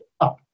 up